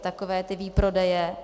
Takové ty výprodeje.